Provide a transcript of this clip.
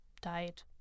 died